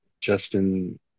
Justin